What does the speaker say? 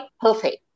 perfect